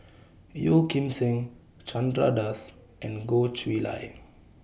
Yeo Kim Seng Chandra Das and Goh Chiew Lye